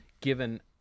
given